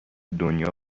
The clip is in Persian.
دنیا